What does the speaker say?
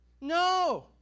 No